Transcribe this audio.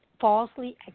falsely